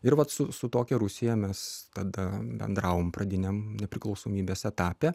ir vat su su tokia rusija mes tada bendravom pradiniam nepriklausomybės etape